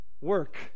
work